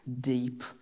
deep